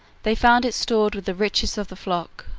they found it stored with the richest of the flock,